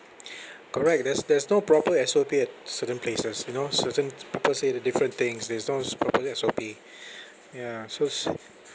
correct there's there's no proper S_O_P at certain places you know certain people say the different things there's no proper S_O_P ya S_O_S